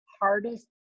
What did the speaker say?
hardest